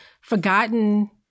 forgotten